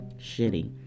shitty